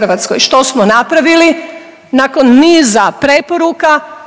RH. Što smo napravili? Nakon niza preporuka